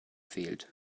fehlt